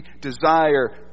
desire